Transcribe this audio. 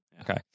Okay